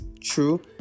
true